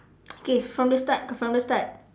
okay from the start from the start